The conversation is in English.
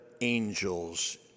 angels